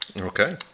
Okay